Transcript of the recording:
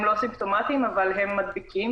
הם לא סימפוטמטיים אבל הם מדביקים,